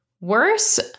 worse